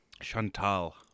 Chantal